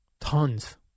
tons